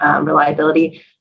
reliability